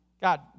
God